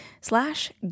slash